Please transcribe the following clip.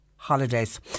Holidays